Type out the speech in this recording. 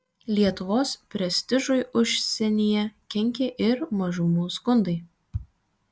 lietuvos prestižui užsienyje kenkė ir mažumų skundai